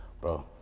Bro